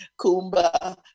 Kumba